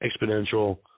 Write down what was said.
exponential